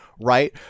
right